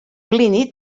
plini